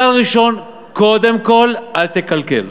כלל ראשון, קודם כול, אל תקלקל.